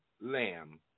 lamb